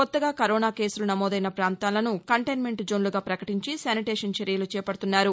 కొత్తగా కరోనా కేసులు నమోదైన ప్రాంతాలను కంటెన్మెంట్ జోన్లుగా ప్రకటించి శానిటేషన్ చర్యలు చేపడుతున్నారు